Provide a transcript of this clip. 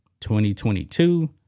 2022